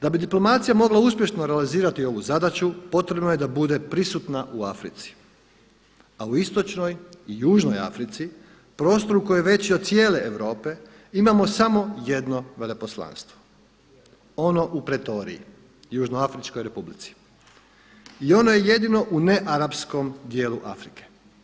Da bi diplomacija mogla uspješno realizirati ovu zadaću potrebno je da bude prisutna u Africi, a u istočnoj i južnoj Africi prostoru koji je veći od cijele Europe imamo samo jedno veleposlanstvo ono u Pretoriji, Južnoafričkoj Republici i ono je jedino u nearapskom dijelu Afrike.